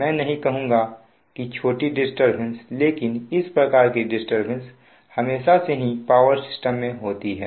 मैं नहीं कहूँगा कि छोटी डिस्टरबेंस लेकिन इस प्रकार की डिस्टरबेंस हमेशा से ही पावर सिस्टम में होती है